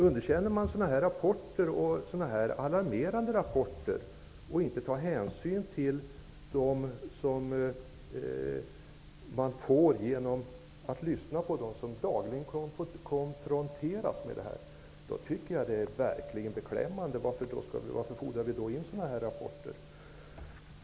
Underkänner man sådana alarmerande rapporter och vägrar att lyssna på dem som dagligen konfronteras med problemen är det verkligen beklämmande. Varför fordrar vi då in sådana rapporter?